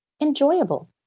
enjoyable